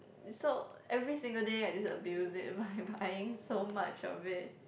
is so every single day I just abuse it by buying so much of it